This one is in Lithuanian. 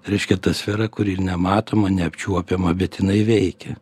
reiškia ta sfera kuri ir nematoma neapčiuopiama bet jinai veikia